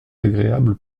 agréable